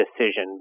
decision